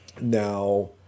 Now